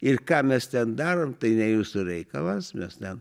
ir ką mes ten darom tai ne jūsų reikalas mes ten